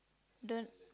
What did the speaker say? don't